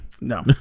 No